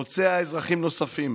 פוצע אזרחים נוספים,